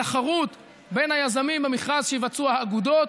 התחרות בין היזמים במכרז שיבצעו האגודות